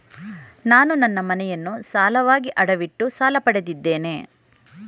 ನಾನು ನನ್ನ ಮನೆಯನ್ನು ಸಾಲವಾಗಿ ಅಡವಿಟ್ಟು ಸಾಲ ಪಡೆದಿದ್ದೇನೆ